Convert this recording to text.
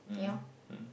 mmhmm mm